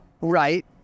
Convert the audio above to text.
Right